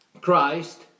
Christ